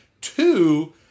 Two